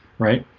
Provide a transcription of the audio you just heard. right?